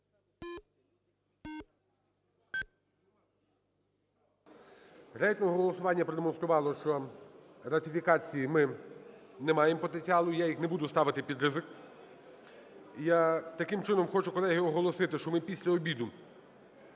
Рейтингове голосування продемонструвало, що ратифікації… ми не маємо потенціалу, я їх не буду ставити під ризик. Таким чином хочу, колеги, оголосити, що ми після обіду